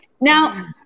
Now